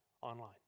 online